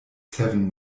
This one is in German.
seven